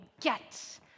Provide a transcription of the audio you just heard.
get